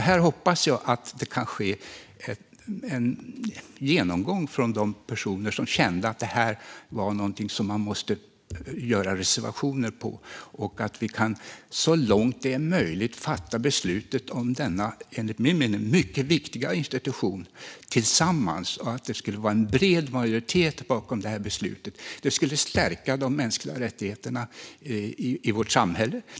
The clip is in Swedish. Här hoppas jag att det kan ske en genomgång från de personer som stod bakom att detta blev någonting där man måste lägga fram reservationer och att vi så långt möjligt kan fatta beslutet om detta enligt min mening mycket viktiga institut tillsammans, med en bred majoritet bakom beslutet. Det skulle stärka de mänskliga rättigheterna i vårt samhälle.